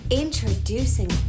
introducing